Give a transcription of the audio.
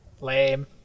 Lame